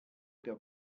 der